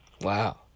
Wow